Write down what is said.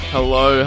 Hello